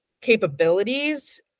capabilities